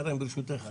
סליחה, שרן, ברשותך.